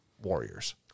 warriors